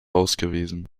ausgewiesen